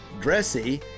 dressy